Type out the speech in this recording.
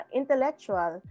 intellectual